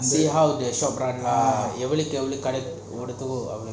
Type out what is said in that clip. see how the shop run ah ஏவுணைக்கி இவுலகி கடை ஓடுதோ:evuaiki evulaiki kadai oodutho